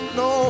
no